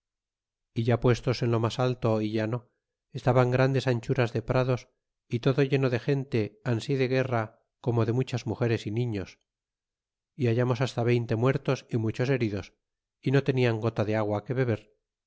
é ya puestos en lo mas alto llano estaban grandes anchuras de prados y todo lleno de gente ansi de guerra como de muchas mugeres é niños é hallamos hasta veinte muertos y muchos heridos y no tenian gota de agua que beber